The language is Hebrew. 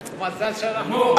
מזל שאנחנו,